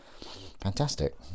fantastic